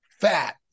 fat